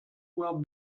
war